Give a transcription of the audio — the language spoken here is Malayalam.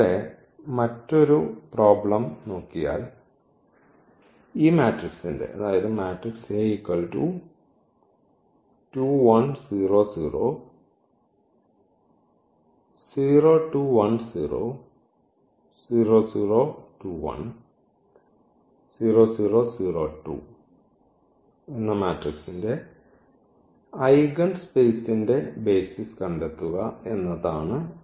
ഇപ്പോൾ ഇവിടെ മറ്റൊരു പ്രോബ്ലം നോക്കിയാൽ ഈ മാട്രിക്സിന്റെ ഐഗൺസ് സ്പേസ്ന്റെ ബെയ്സിസ് കണ്ടെത്തുക എന്നതാണ്